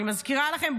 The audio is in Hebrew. אני מזכירה לכם,